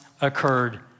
occurred